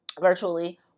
virtually